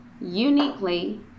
uniquely